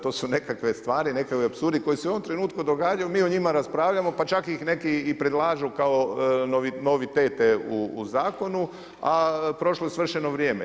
To su nekakve stvari, nekakvi apsurdi koji se u ovom trenutku događaju, mi o njima raspravljamo pa čak ih neki i predlažu kao novitete u zakonu, a prošlo svršeno vrijeme.